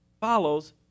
follows